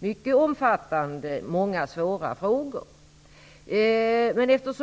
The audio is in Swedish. mycket omfattande betänkande, där många svåra frågor behandlades.